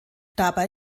dabei